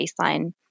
baseline